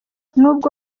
n’ubwo